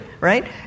right